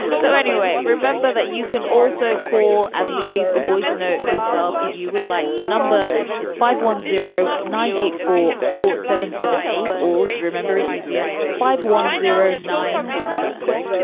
so anyway, remember that you can also call and leave a voice. note yourself if you would like. the number is five one zero nine eight four four seven seven eight, all to remember it easier five one zero nine first